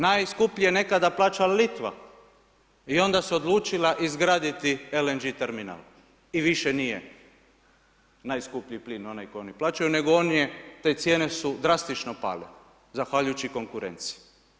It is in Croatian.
Najskuplji je nekada plaćala Litva i onda se odlučila izgraditi LNG terminal i više nije najskuplji plin onaj koji oni plaćaju, nego on je, te cijene su drastično pale, zahvaljujući konkurenciji.